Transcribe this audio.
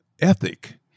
ethic